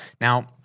Now